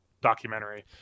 documentary